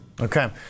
Okay